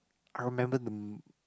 I remember the m~